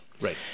Right